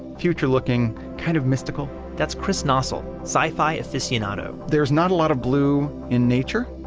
future looking, kind of mystical that's chris noessel. sci-fi aficionado there's not a lot of blue in nature,